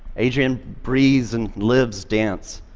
adrianne breathes and lives dance.